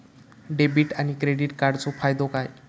Debit आणि credit कार्डचो फायदो काय?